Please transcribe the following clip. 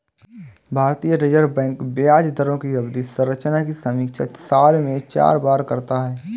भारतीय Reserve Bank ब्याज दरों की अवधि संरचना की समीक्षा साल में चार बार करता है